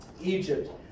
Egypt